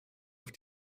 auf